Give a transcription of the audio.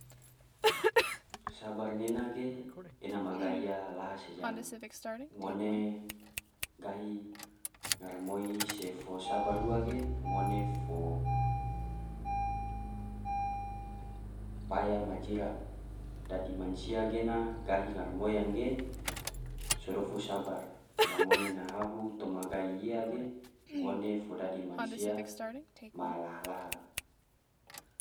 Sabar nena ge ena ma gai iya lahaa se jang, ngone gahi ngaramoi se fo sabar ua ge ngone fo paya ma jira, dadi mansia gena gahi ngaramoi ge so dofu sabar la ngone na ahu toma gai iya ge ngone fo dadi mansia ma laha laha.